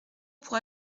pour